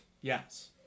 Yes